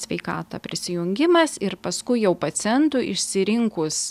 sveikatą prisijungimas ir paskui jau pacientui išsirinkus